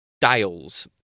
dials